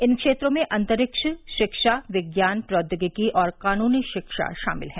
इन क्षेत्रों में अंतरिक्ष शिक्षा विज्ञान प्रौद्योगिकी और कानूनी शिक्षा शामिल हैं